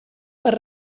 per